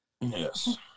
Yes